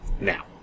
Now